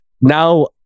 now